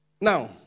Now